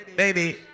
baby